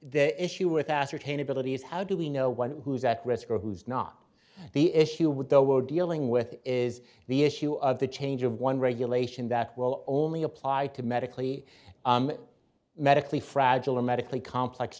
the issue with ascertain ability is how do we know one who is at risk or who is not the issue with the we're dealing with is the issue of the change of one regulation that will only apply to medically medically fragile or medically complex